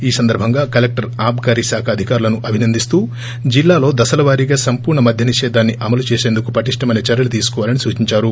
ఈ సందర్బంగా కలెక్టర్ అబ్కారీ శాఖ అధికారులను అభినందిస్తూ జిల్లాలో దశల వారీగా సంపూర్ణ మద్య నిషేధాన్ని అమలు చేసేందుకు పటిష్ణమైన చర్యలు తీసుకోవాలని సూచించారు